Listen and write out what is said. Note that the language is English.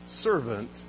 servant